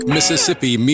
Mississippi